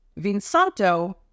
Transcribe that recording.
Vinsanto